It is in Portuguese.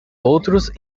outros